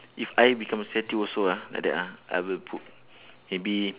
if I become a statue also ah like that ah I will put maybe